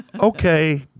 Okay